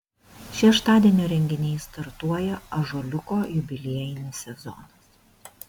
šeštadienio renginiais startuoja ąžuoliuko jubiliejinis sezonas